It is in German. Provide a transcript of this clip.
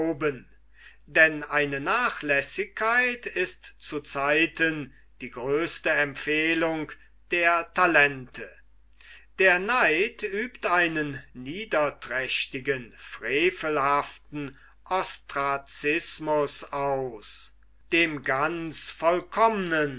denn eine nachlässigkeit ist zu zeiten die größte empfehlung der talente der neid übt einen niederträchtigen frevelhaften ostracismus aus dem ganz vollkommnen